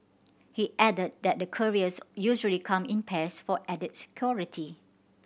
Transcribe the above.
he added that the couriers usually come in pairs for added security